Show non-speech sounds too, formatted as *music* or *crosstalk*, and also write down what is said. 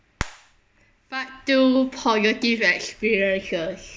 *noise* part two positive experiences